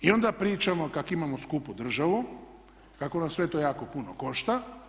I onda pričamo kak' imamo skupu državu, kako nas sve to jako puno košta.